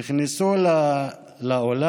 הן נכנסו לאולם,